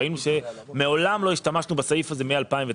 ראינו שמעולם לא השתמשנו בסעיף הזה מ-2009.